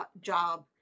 job